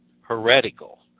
heretical